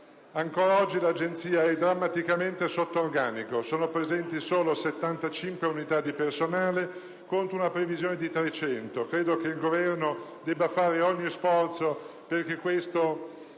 Ancora oggi l'Agenzia è drammaticamente sotto organico: sono presenti solo 75 unità di personale, contro una previsione di 300. Credo che il Governo debba fare ogni sforzo perché questo